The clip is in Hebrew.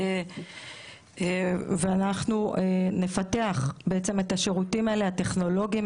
ואנחנו נפתח את השירותים הטכנולוגיים האלה,